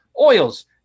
oils